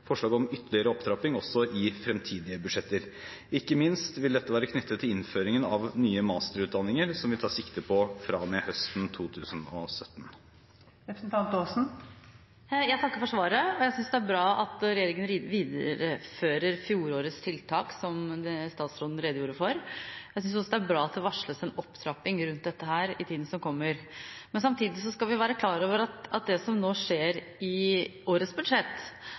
ytterligere opptrapping også i fremtidige budsjetter. Ikke minst vil dette være knyttet til innføringen av nye masterutdanninger, som vi tar sikte på fra og med høsten 2017. Jeg takker for svaret. Jeg synes det er bra at regjeringen viderefører fjorårets tiltak, som statsråden redegjorde for. Jeg synes også det er bra at det varsles en opptrapping rundt dette i tiden som kommer. Samtidig skal vi være klar over at det som nå skjer i årets budsjett,